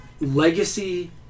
Legacy